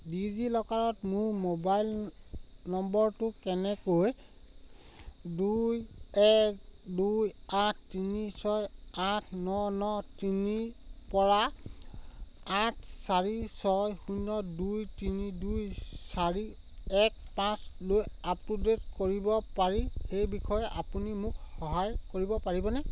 ডিজিলকাৰত মোৰ মোবাইল নম্বৰটো কেনেকৈ দুই এক দুই আঠ তিনি ছয় আঠ ন ন তিনিৰপৰা আঠ চাৰি ছয় শূন্য দুই তিনি দুই চাৰি এক পাঁচলৈ আপডেট কৰিব পাৰি সেই বিষয়ে আপুনি মোক সহায় কৰিব পাৰিবনে